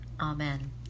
Amen